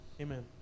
Amen